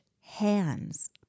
hands